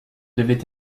devait